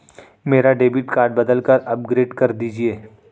मेरा debit card बदलकर upgrade कर दीजिए